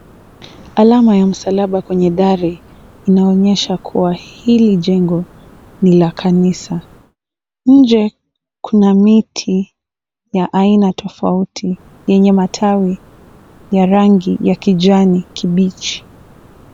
Alama ya msalaba kwenye dari inaonyesha kuwa hili jengo ni la kanisa. Nje kuna miti ya aina tofauti yenye matawi ya rangi ya kijani kibichi.